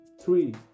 three